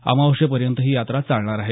अमावस्येपर्यंत ही यात्रा चालणार आहे